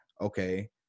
okay